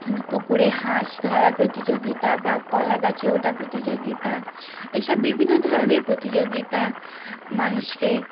পুকুরে হাঁস ধরার প্রতিযোগিতা বা কলা গাছে ওঠা প্রতিযোগিতা এইসব বিভিন্ন ধরনের প্রতিযোগিতা মানুষকে